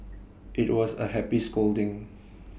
IT was A happy scolding